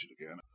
again